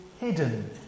hidden